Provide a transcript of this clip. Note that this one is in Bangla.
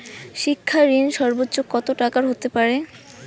শিক্ষা ঋণ সর্বোচ্চ কত টাকার হতে পারে?